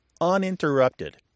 uninterrupted